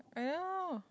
I know